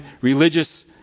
religious